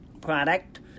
product